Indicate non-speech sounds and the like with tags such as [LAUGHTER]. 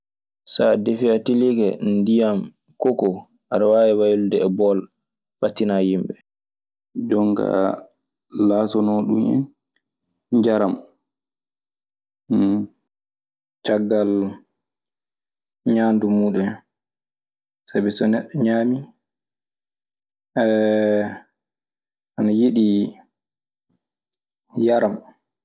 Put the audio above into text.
So a defii a tilike ndiyam koko aɗa waawi waylude e bool ɓattinaa yimɓe. Jon kaa laatanoo ɗun en njaramu. Caggal ñaandu muuɗun en. Sabi so neɗɗo ñaamii [HESITATION] ana yiɗi yara.